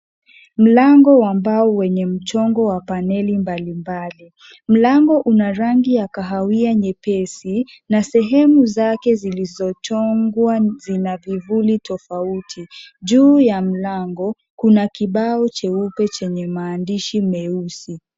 Mlango wa mbao wenye mchongo wa paneli mbali mbali. Mlango una rangi ya kahawia nyepesi na sehemu zake zilizochongwa zina vivuli tofauti. Juu ya mlango kuna kibao cheupe chenye maandishi meusi.